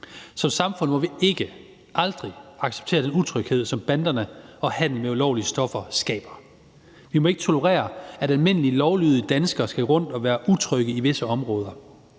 Som samfund må vi aldrig acceptere den utryghed, som banderne og handel med ulovlige stoffer skaber. Vi må ikke tolerere, at almindelige lovlydige danskere skal gå rundt og være utrygge i visse områder.